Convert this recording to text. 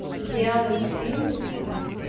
and the others in the house.